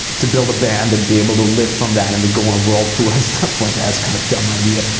to build a band and be able to live from that and to go on a world tour and stuff like that. it's kind of dumb idea.